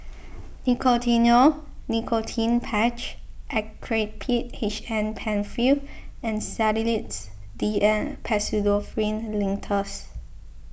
Nicotinell Nicotine Patch Actrapid H M Penfill and Sedilix D N Pseudoephrine Linctus